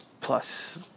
plus